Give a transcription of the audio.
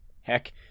Heck